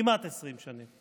כמעט 20 שנה,